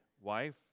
wife